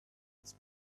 its